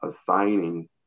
assigning